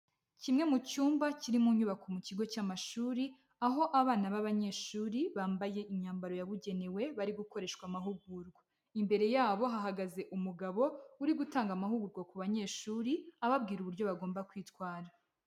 Kimwe mu cyumba kiri mu nyubako mu kigo cy'amashuri, aho abana b'abanyeshuri bambaye imyambaro yabugenewe bari gukoreshwa amahugurwa, imbere yabo hahagaze umugabo uri gutanga amahugurwa ku banyeshuri, ababwira uburyo bagomba kwitwara.